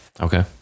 Okay